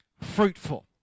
fruitful